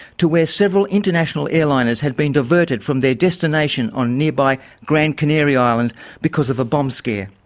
to where several international airliners had been diverted from their destination on nearby grand canary island because of a bomb scare.